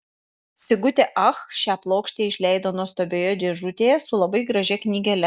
sigutė ach šią plokštelę išleido nuostabioje dėžutėje su labai gražia knygele